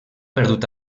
perdut